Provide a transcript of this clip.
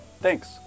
Thanks